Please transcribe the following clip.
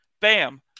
bam